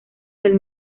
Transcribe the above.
del